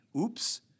oops